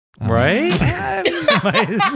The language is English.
Right